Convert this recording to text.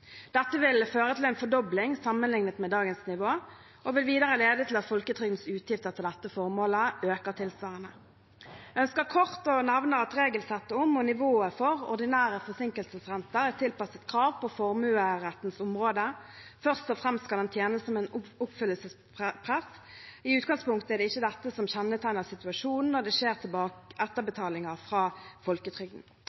Dette vil føre til en fordobling sammenlignet med dagens nivå, og vil videre lede til at folketrygdens utgifter til dette formålet øker tilsvarende. Jeg ønsker kort å nevne at regelsettet om, og nivået for, ordinære forsinkelsesrenter er tilpasset krav på formuerettens område. Først og fremst skal den tjene som et oppfyllelsespress. I utgangspunktet er det ikke dette som kjennetegner situasjonen når det skjer